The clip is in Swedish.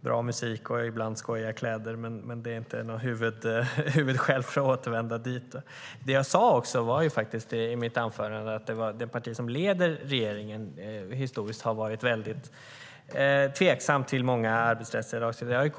bra musik och ibland skojiga kläder, men det är inte något huvudskäl för att återvända dit. Jag sade också i mitt anförande att det parti som leder regeringen historiskt har varit tveksamt till många arbetsrättslagstiftningar.